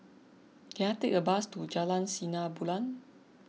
can I take a bus to Jalan Sinar Bulan